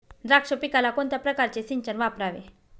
द्राक्ष पिकाला कोणत्या प्रकारचे सिंचन वापरावे?